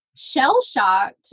shell-shocked